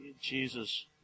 Jesus